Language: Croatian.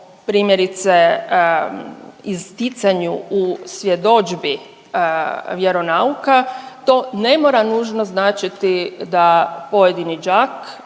primjerice isticanju u svjedodžbi vjeronauka to ne mora nužno značiti da pojedini đak